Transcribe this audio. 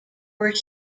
were